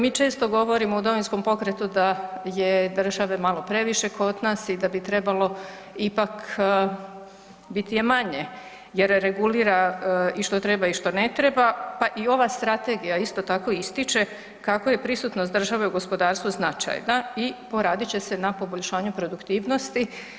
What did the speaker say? Mi često govorimo u Domovinskom pokretu da je države malo previše kod nas i da bi trebalo ipak biti je manje jer regulira i što treba i što ne treba, pa i ova strategija isto tako ističe kako je prisutnost države u gospodarstvu značajna i poradit će se na poboljšanju produktivnosti.